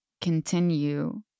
continue